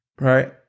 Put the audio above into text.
right